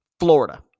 Florida